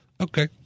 Okay